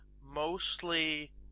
mostly